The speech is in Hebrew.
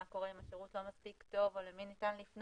מה קורה אם השירות לא מספיק טוב או למי ניתן לפנות.